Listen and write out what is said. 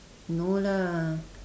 no lah